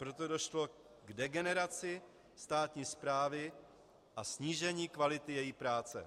Proto došlo k degeneraci státní správy a snížení kvality její práce.